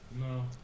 No